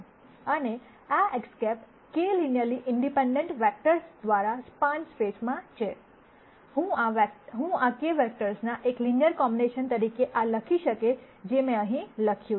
અને આ X̂ k linearly independent vectors દ્વારા સ્પાન સ્પેસ માં છે હું આ K વેક્ટર્સના એક લિનયર કોમ્બિનેશન તરીકે આ લખી શકે જે મેં અહીં લખ્યું છે